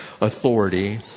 authority